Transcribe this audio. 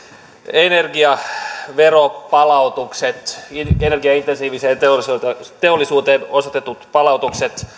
energiaveropalautukset energiaintensiiviseen teollisuuteen teollisuuteen osoitetut palautukset